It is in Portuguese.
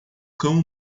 cão